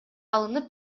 алынып